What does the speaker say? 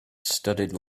studied